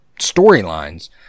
storylines